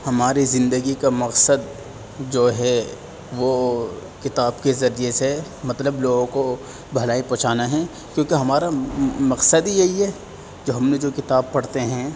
ہماری زندگی کا مقصد جو ہے وہ کتاب کے ذریعے سے مطلب لوگوں کو بھلائی پہنچانا ہیں کیونکہ ہمارا مقصد ہی یہی ہے جو ہم نے جو کتاب پڑھتے ہیں